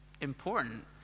important